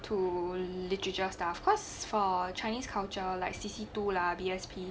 to literature stuff cause for chinese culture like C C two lah B S P